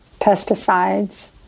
pesticides